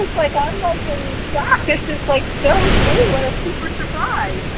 like i'm like in shock, this is like so cool and a super surprise